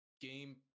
game